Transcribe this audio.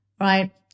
Right